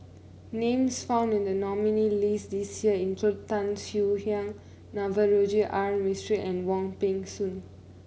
names found in the nominees' list this year include Tan Swie Hian Navroji R Mistri and Wong Peng Soon